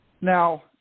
Now